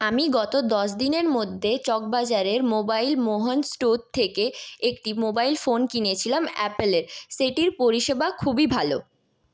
আমি গত দশদিনের মধ্যে চকবাজারের মোবাইল মোহন স্টোর থেকে একটি মোবাইল ফোন কিনেছিলাম অ্যাপেলের সেটির পরিষেবা খুবই ভালো